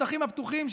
השטחים הפתוחים,